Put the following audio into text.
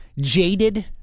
jaded